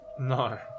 No